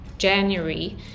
January